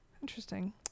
Interesting